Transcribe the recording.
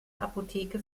apotheke